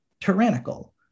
tyrannical